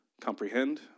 comprehend